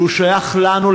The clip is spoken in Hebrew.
ששייך לנו,